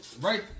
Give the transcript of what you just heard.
right